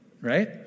Right